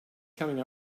coming